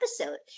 episode